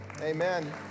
Amen